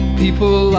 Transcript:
people